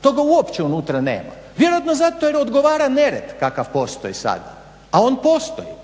toga uopće unutra nema vjerojatno zato jer odgovara nered kakav postoji sad a on postoji.